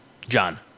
John